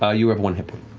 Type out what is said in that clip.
ah you have one hit point.